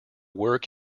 work